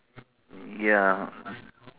ya